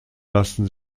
lassen